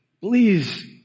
please